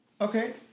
Okay